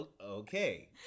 Okay